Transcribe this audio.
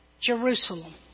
Jerusalem